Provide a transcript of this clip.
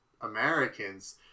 Americans